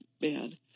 bad